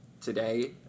today